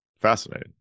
fascinating